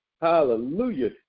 Hallelujah